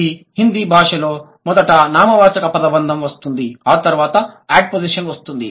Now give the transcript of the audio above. ఈ హిందీ భాషలో మొదట నామవాచక పదబంధం వస్తుంది ఆ తర్వాత యాడ్పోస్జిషన్ వస్తుంది